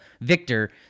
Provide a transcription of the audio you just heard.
victor